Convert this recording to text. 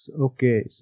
Okay